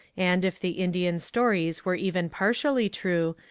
and, if the indian stories were even partially true,